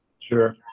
Sure